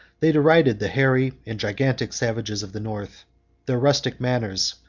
they derided the hairy and gigantic savages of the north their rustic manners,